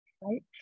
right